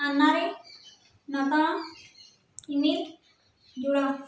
ଆନ୍ନାରେ ନୂତନ ଇମେଲ୍ ଯୋଡ଼